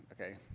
okay